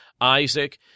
Isaac